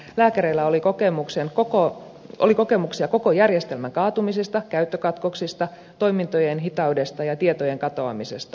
lääkäreillä oli kokemuksia koko järjestelmän kaatumisesta käyttökatkoksista toimintojen hitaudesta ja tietojen katoamisesta